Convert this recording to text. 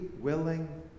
willing